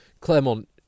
Clermont